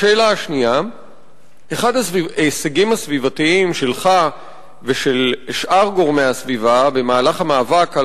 2. אחד ההישגים הסביבתיים שלך ושל שאר גורמי הסביבה במהלך המאבק על